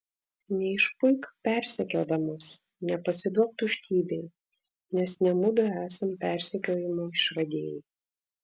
neišpuik persekiodamas nepasiduok tuštybei nes ne mudu esam persekiojimo išradėjai